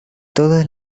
todas